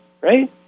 Right